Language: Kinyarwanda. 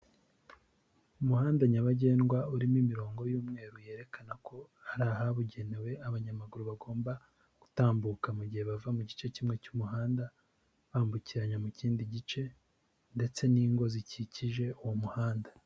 Umuhanda nyabagendwa urimo imirongo y'umweru yerekana ko hari ahabugenewe abanyamaguru bagomba gutambuka mu gihe bava mu gice kimwe cy'umuhanda bambukiranya mu kindi gice, ndetse n'ingo zikikije uwo muhanda.